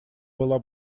была